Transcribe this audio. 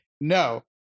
No